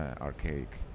archaic